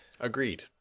Agreed